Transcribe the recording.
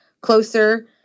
closer